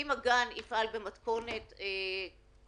אם הגן יפעל במתכונת מיוחדת,